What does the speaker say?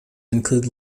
include